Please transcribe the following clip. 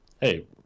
Hey